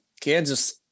Kansas